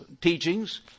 teachings